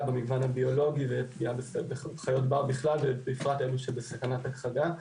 במגוון הביולוגי ופגיעה בחיות בר בכלל ובפרט אלה שבסכנת הכחדה.